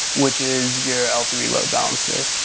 which is your l three load balancer.